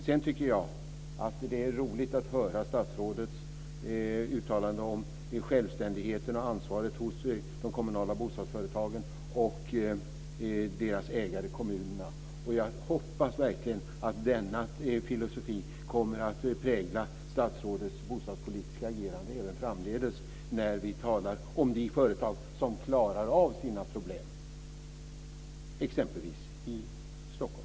Sedan tycker jag att det är roligt att höra statsrådets uttalande om självständigheten och ansvaret hos de kommunala bostadsföretagen och deras ägare, kommunerna. Jag hoppas verkligen att denna filosofi kommer att prägla statsrådets bostadspolitiska agerande även framdeles när det gäller de företag som klarar av sina problem, exempelvis i Stockholm.